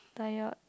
tired